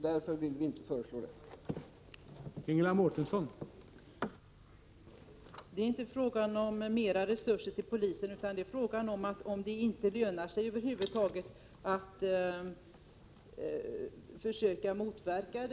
Därför vill vi inte framlägga något sådant förslag.